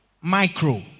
micro